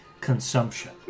consumption